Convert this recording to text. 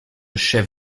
chef